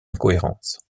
incohérences